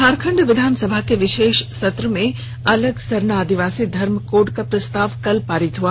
झारखंड विधानसभा के विशेष सत्र में अलग सरना आदिवासी धर्म कोड का प्रस्ताव कल पारित हो गया